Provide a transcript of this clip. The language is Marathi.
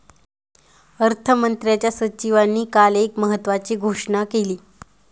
अर्थमंत्र्यांच्या सचिवांनी काल एक महत्त्वाची घोषणा केली